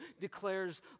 declares